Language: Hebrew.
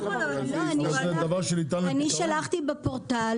אני שלחתי בפורטל.